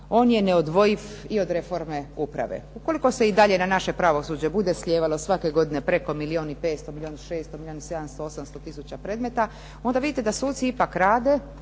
on je neodvojivi i od reforme uprave. Ukoliko se i dalje bude na naše pravosuđe bude slijevalo preko milijun i 600, milijun 700 i 800 tisuća onda vidite da ipak suci rade,